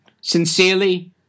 Sincerely